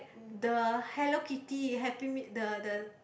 the Hello-Kitty happy meal the the